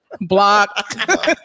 block